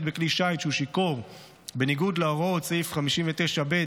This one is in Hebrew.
בכלי שיט כשהוא שיכור בניגוד להוראות סעיף 59ב,